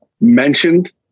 mentioned